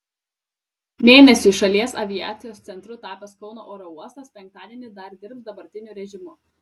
mėnesiui šalies aviacijos centru tapęs kauno oro uostas penktadienį dar dirbs dabartiniu režimu